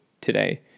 Today